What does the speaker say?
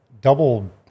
double